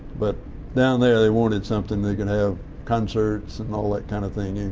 but down there they wanted something they could have concerts and all that kind of thing, and